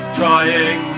trying